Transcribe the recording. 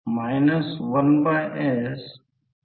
हे तीन वेगवेगळ्या भागाची रिलक्टन्स आहे